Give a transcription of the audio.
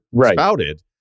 spouted